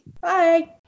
Bye